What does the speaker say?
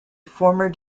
former